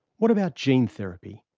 what about gene therapy?